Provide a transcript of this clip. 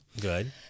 Good